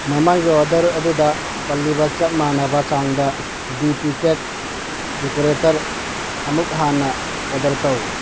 ꯃꯃꯥꯡꯒꯤ ꯑꯣꯗꯔ ꯑꯗꯨꯗ ꯄꯜꯂꯤꯕ ꯆꯞ ꯃꯥꯟꯅꯕ ꯆꯥꯡꯗ ꯗꯤ ꯄꯤ ꯀꯦꯛ ꯗꯦꯀꯣꯔꯦꯇꯔ ꯑꯃꯨꯛ ꯍꯥꯟꯅ ꯑꯣꯗꯔ ꯇꯧ